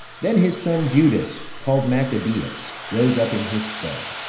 then his son judas, called machabeus, rose up in his stead.